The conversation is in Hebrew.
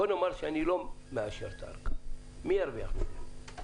בואו נאמר שאני לא מאשר את הארכה, מי ירוויח מזה?